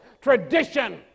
tradition